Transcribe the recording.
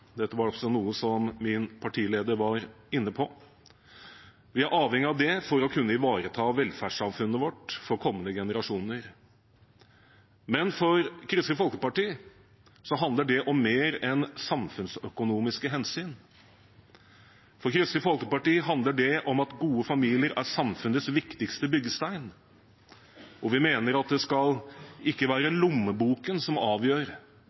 Dette var også noe min partileder var inne på. Vi er avhengig av det for å kunne ivareta velferdssamfunnet vårt for kommende generasjoner. Men for Kristelig Folkeparti handler det om mer enn samfunnsøkonomiske hensyn. For Kristelig Folkeparti handler det om at gode familier er samfunnets viktigste byggestein, og vi mener at det skal ikke være lommeboken som avgjør